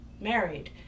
married